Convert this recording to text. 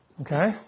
Okay